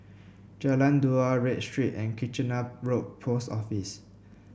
Jalan Dua Read Street and Kitchener Road Post Office